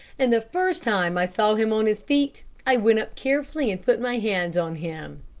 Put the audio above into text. and the first time i saw him on his feet, i went up carefully and put my hand on him.